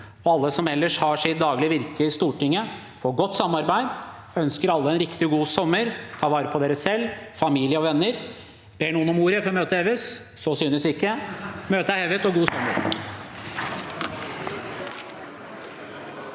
og alle som ellers har sitt daglige virke i Stortinget, for godt samarbeid, og ønsker alle en riktig god sommer. Ta vare på dere selv, familie og venner. Ber noen om ordet før møtet heves? Så synes ikke. – Møtet er hevet. God sommer!